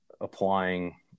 applying